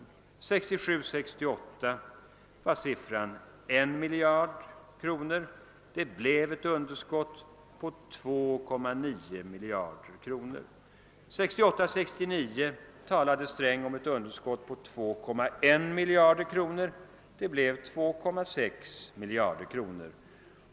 1967 69 talade herr Sträng om ett underskott på 2149 miljoner; det blev 2 648 miljoner kronor.